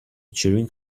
cheering